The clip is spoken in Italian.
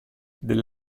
del